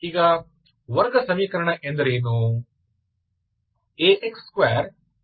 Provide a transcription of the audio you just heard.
ಈಗ ವರ್ಗ ಸಮೀಕರಣ ಎಂದರೇನು